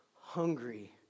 hungry